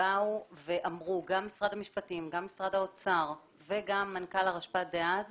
גם משרד האוצר וגם מנכ"ל הרשת"פ דאז